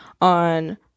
on